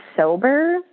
sober